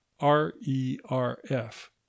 RERF